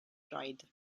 dried